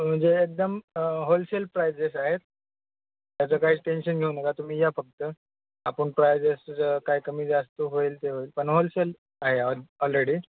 म्हणजे एकदम wholesale prices आहेत त्याचं काहीच टेन्शन घेऊ नका तुम्ही या फक्त आपण प्रायजेस काय कमी जास्त होईल ते होईलपण होलसेल आहे ऑ ऑलरेडी